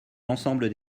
l’ensemble